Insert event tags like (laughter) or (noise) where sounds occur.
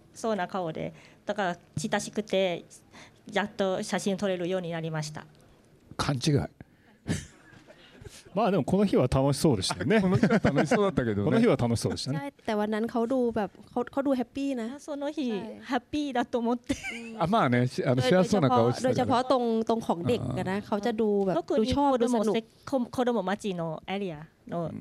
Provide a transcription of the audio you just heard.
そうな顔で。だから、親しくて、やっと写真撮れるようになりました。勘違い。 (laughs) まあでも、この日は楽しそうでしたよね。この日は楽しそうだったけどね。この日は楽しそうでしたね。帰ったわ。なんか顔どう？やっぱ、顔-顔どうハッピーな？あ、その日、はい。ハッピーだと思って。うん。あ、まあね、し-あの、それで、幸せそうな顔してたけど。じゃあ、じゃあ、パワー-じゃあ、パワーストーン-トーンの方、レックかな。顔じゃどう？やっぱ、特にどう？勝負？どう？子供せ-どう？こ-子供待ちのエリアの